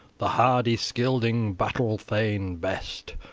the hardy scylding, battle-thane best,